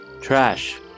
Trash